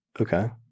Okay